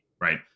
right